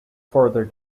further